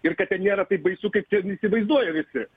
ir kad ten nėra taip baisu kaip ten įsivaizduoja visi